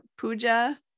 puja